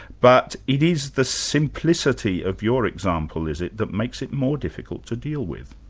but it is the simplicity of your example is it that makes it more difficult to deal with?